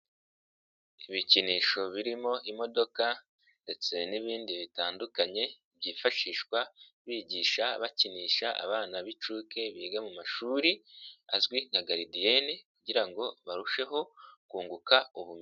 Ibikinisho birimo imodoka ndetse n'ibindi bitandukanye byifashishwa bigisha bakinisha abana b'inshuke biga mu mashuri azwi nka garidiyeni kugira ngo barusheho kunguka ubu,